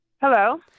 Hello